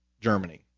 Germany